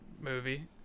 movie